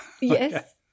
Yes